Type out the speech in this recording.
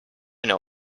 know